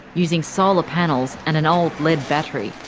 using solar panels and an old lead battery.